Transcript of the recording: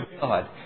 God